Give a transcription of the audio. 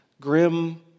Grim